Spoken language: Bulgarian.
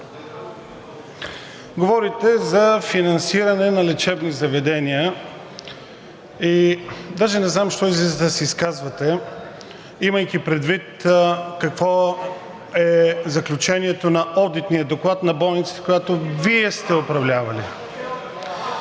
Говорите за финансиране на лечебни заведения, даже не знам защо излизате да се изказвате, имайки предвид какво е заключението на одитния доклад на болницата, която Вие сте управлявал.